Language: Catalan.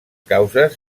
causes